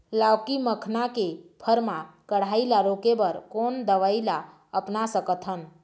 लाउकी मखना के फर मा कढ़ाई ला रोके बर कोन दवई ला अपना सकथन?